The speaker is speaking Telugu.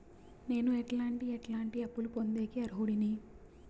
నేను ఎట్లాంటి ఎట్లాంటి అప్పులు పొందేకి అర్హుడిని?